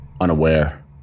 unaware